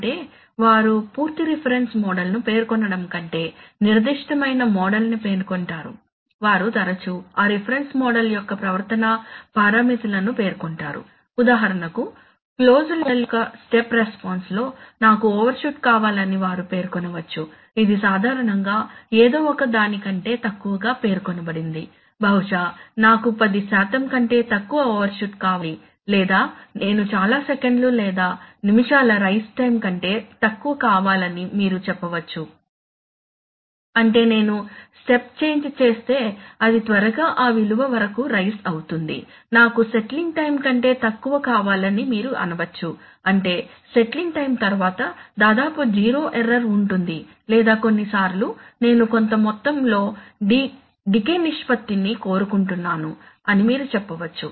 అంటే వారు పూర్తి రిఫరెన్స్ మోడల్ను పేర్కొనడం కంటే నిర్దిష్ట మైన మోడల్ ని పేర్కొంటారు వారు తరచూ ఆ రిఫరెన్స్ మోడల్ యొక్క ప్రవర్తనా పారామితులను పేర్కొంటారు ఉదాహరణకు క్లోజ్డ్ లూప్ మోడల్ యొక్క స్టెప్ రెస్పాన్స్ లో నాకు ఓవర్షూట్ కావాలని వారు పేర్కొనవచ్చు ఇది సాధారణంగా ఏదో ఒక దానికంటే తక్కువగా పేర్కొనబడింది బహుశా నాకు పది శాతం కంటే తక్కువ ఓవర్షూట్ కావాలి లేదా నేను చాలా సెకన్లు లేదా నిమిషాల రైస్ టైం కంటే తక్కువ కావాలని మీరు చెప్పవచ్చు అంటే నేను స్టెప్ చేంజ్ చేస్తే అది త్వరగా ఆ విలువ వరకు రైస్ అవుతుంది నాకు సెట్లింగ్ టైం కంటే తక్కువ కావాలని మీరు అనవచ్చు అంటే సెట్లింగ్ టైం తరువాత దాదాపు జీరో ఎర్రర్ ఉంటుంది లేదా కొన్నిసార్లు నేను కొంత మొత్తంలో డికే నిష్పత్తిని కోరుకుంటున్నాను అని మీరు చెప్పవచ్చు